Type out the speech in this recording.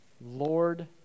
Lord